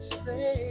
say